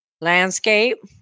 landscape